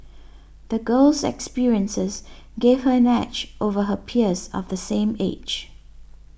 the girl's experiences gave her an edge over her peers of the same age